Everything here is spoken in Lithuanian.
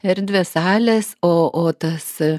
erdvės salės o o tas